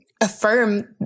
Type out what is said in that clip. affirm